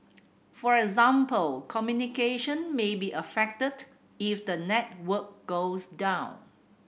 for example communication may be affected if the network goes down